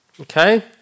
Okay